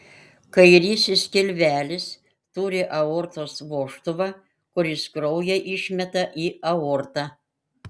kairysis skilvelis turi aortos vožtuvą kuris kraują išmeta į aortą